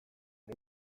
den